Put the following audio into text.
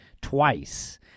twice